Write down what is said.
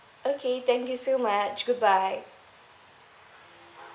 okay thank you so much goodbye